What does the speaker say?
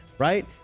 Right